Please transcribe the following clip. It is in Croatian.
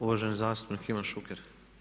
Uvaženi zastupnik Ivan Šuker.